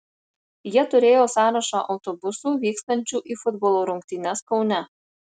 jie turėjo sąrašą autobusų vykstančių į futbolo rungtynes kaune